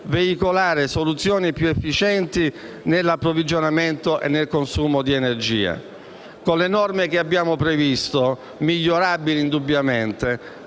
veicolare soluzioni più efficienti nell'approvvigionamento e nel consumo di energia. Con le norme che abbiamo previsto (indubbiamente